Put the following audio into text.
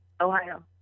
Ohio